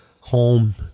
home